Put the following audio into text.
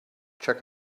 check